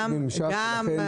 יש ממשק יפה.